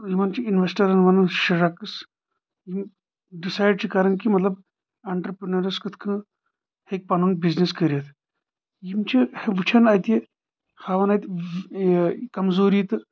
یِمن چھِ اِنوٮ۪سٹرن ونان شارکس یِم ڈِسایڈ چھِ کران کہِ مطلب آنٹرپینرٕز کِتھ کنۍ ہٮ۪کہِ پنُن بِزنِس کٔرتھ یِم چھِ وٕچھان اتہِ ہاوان اتہِ یہِ کمزوٗرِ تہٕ